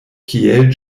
kiel